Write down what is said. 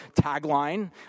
tagline